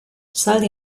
zaldi